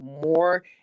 more